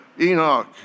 Enoch